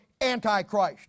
Antichrist